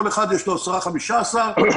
לכל אחד יש 10 15 משפחות,